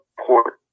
Port